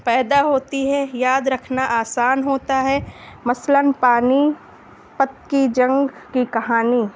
پیدا ہوتی ہے یاد رکھنا آسان ہوتا ہے مثلاً پانی پت کی جنگ کی کہانی